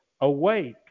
Awake